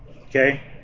Okay